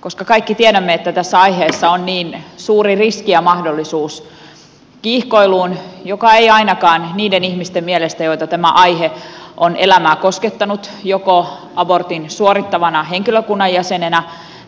koska kaikki tiedämme että tässä aiheessa on niin suuri riski ja mahdollisuus kiihkoiluun joka ei ainakaan niiden ihmisten mielestä joiden elämää tämä aihe on koskettanut joko abortin suorittavana henkilökunnan jäsenenä